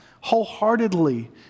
wholeheartedly